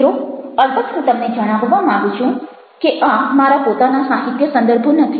મિત્રોઅલબત્ત હું તમને જણાવવા માગું છું કે આ મારા પોતાના સાહિત્ય સંદર્ભો નથી